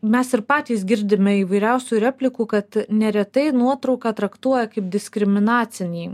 mes ir patys girdime įvairiausių replikų kad neretai nuotrauką traktuoja kaip diskriminacinį